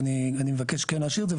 ואני מבקש כן להשאיר את זה,